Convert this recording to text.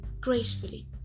gracefully